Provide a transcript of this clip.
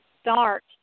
start